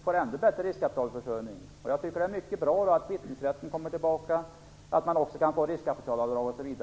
skapa en ännu bättre riskkapitalförsörjning. Jag tycker att det är mycket bra att kvittningsrätten kommer tillbaka, att man kan göra riskkapitalavdrag osv.